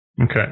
Okay